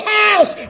house